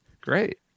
great